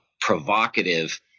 provocative